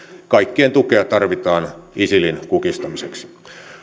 kaikkien tukea tarvitaan isilin kukistamiseksi